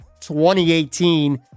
2018